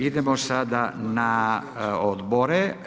Idemo sada na odbore.